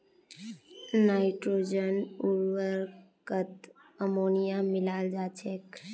nitrogen उर्वरकत ammonia मिलाल जा छेक